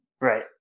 Right